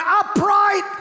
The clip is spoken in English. upright